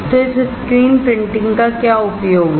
तो इस screen printing का क्या उपयोग है